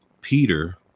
Peter